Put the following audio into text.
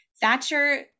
Thatcher